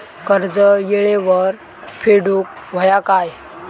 कर्ज येळेवर फेडूक होया काय?